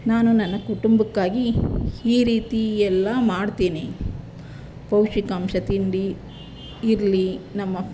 ನಾನು ನನ್ನ ಕುಟುಂಬಕ್ಕಾಗಿ ಈ ರೀತಿ ಎಲ್ಲ ಮಾಡ್ತೀನಿ ಪೌಷ್ಟಿಕಾಂಶ ತಿಂಡಿ ಇಡ್ಲಿ ನಮ್ಮ